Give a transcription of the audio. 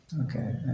Okay